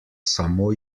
samo